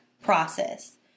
process